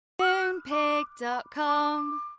Moonpig.com